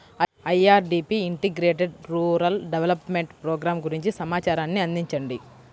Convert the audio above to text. IRDP integrated rural development programme గురించి సమాచారాన్ని అందించండి?